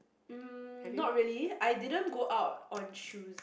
mm not really I didn't go out on Tues~